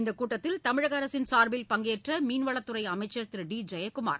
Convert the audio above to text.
இந்தக் கூட்டத்தில் தமிழக அரசின் சார்பில் பங்கேற்ற மீன்வளத்துறை அமைச்சர் திரு டி ஜெயக்குமார்